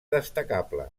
destacable